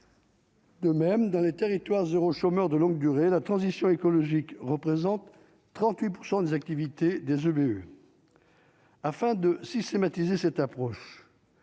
De même, dans les territoires zéro, chômeur de longue durée, la transition écologique représente 38 % des activités des EBE. Afin de systématiser cette approche.